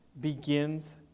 begins